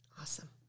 Awesome